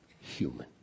human